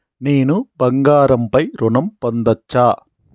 నేను బంగారం పై ఋణం పొందచ్చా?